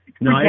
no